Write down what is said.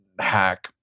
hack